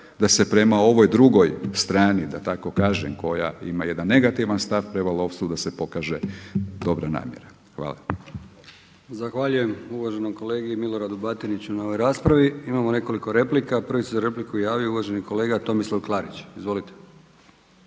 da se prema ovoj drugoj strani da tako kažem koja ima jedan negativan stav prema lovstvu da se pokaže dobra namjera. Hvala. **Brkić, Milijan (HDZ)** Zahvaljujem uvaženom kolegi Miloradu Batiniću na ovoj raspravi. Imamo nekoliko replika. Prvi se za repliku javio uvaženi kolega Tomislav Klarić. Izvolite.